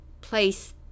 place